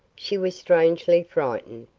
she was strangely frightened,